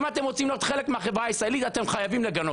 אם אתם רוצים להיות חלק מהחברה הישראלית אתם חייבים לגנות.